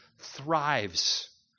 thrives